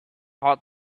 had